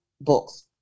books